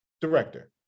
director